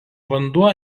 vanduo